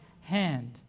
hand